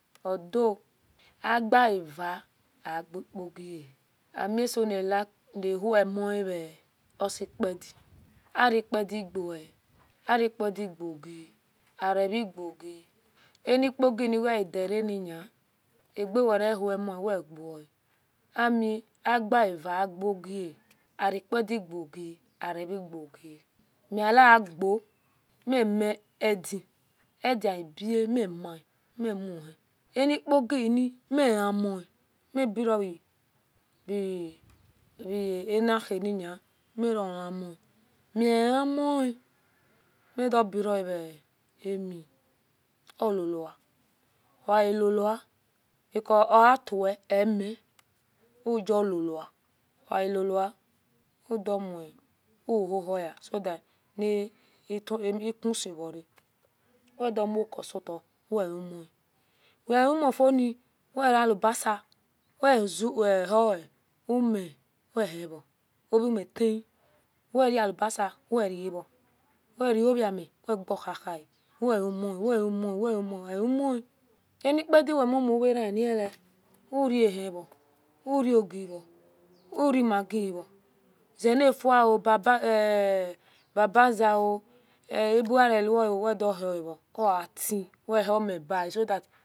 Odo ayave agekugia amisoniwhomue osipdi arepadiogi arvegoge enkogina wehin kedernina abewerowo weoa agevaggia arpadi gogi ayeve guo ogi mileo memidia ediaeva mema mimohi enokgi nimi vono anherni meroamom ahimo meazeamona medoberamimi o lala ogelda because oatwe emiujloloa oaloloa udowbio oea so that etusever wedomakosotawehum wealimieini welilisase weume wehio omimetan we ylebase welave welaomi weguhuhua welima weuwna weuma owma enipadia wemumuvarno uhien o urogi oo remaggi o zelafu o bab aze o ebuwrewo wehoavo otiwehi miba-e